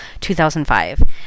2005